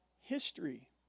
history